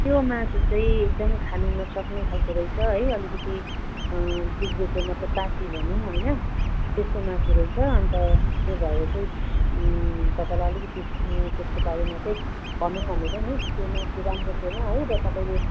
त्यो मासु चाहिँ एकदम खानु नसक्ने खालको रहेछ है अलिकति बिग्रेको मतलब बासी भनौँ होइन त्यस्तो मासु रहेछ अन्त त्यही भएर चाहिँ तपाईँलाई अलिकति त्यसकोबारेमा चाहिँ भनौँ भनेर नि त्यो मासु राम्रो थिएन है र तपाईँले